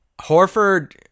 Horford